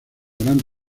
gran